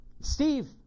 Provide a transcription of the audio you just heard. Steve